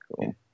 Cool